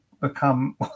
become